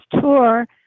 tour